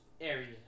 area